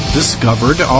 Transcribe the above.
discovered